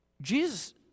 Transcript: Jesus